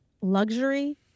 luxury